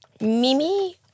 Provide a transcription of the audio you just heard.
Mimi